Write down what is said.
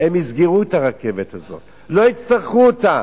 הם יסגרו את הרכבת הזאת, לא יצטרכו אותה,